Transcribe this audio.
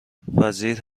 وزیر